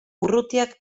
urrutiak